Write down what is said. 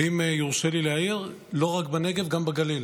ואם יורשה לי להעיר: לא רק בנגב, גם בגליל,